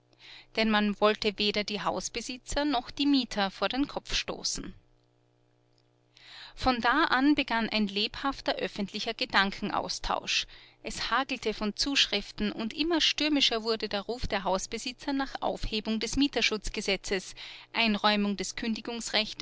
denn man wollte weder die hausbesitzer noch die mieter vor den kopf stoßen von da an begann ein lebhafter öffentlicher gedankenaustausch es hagelte von zuschriften und immer stürmischer wurde der ruf der hausbesitzer nach aufhebung des mieterschutzgesetzes einräumung des